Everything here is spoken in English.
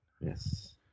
Yes